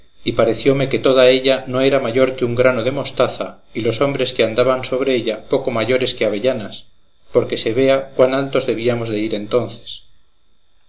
y parecióme que toda ella no era mayor que un grano de mostaza y los hombres que andaban sobre ella poco mayores que avellanas porque se vea cuán altos debíamos de ir entonces